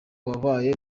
wabaye